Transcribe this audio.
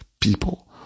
people